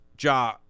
Ja